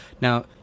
Now